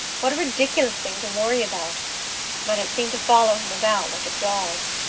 what a ridiculous thing to worry about but it seemed to follow him about like a dog.